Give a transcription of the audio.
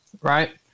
right